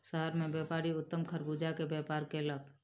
शहर मे व्यापारी उत्तम खरबूजा के व्यापार कयलक